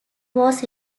was